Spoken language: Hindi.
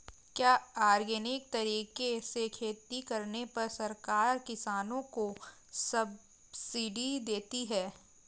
क्या ऑर्गेनिक तरीके से खेती करने पर सरकार किसानों को सब्सिडी देती है?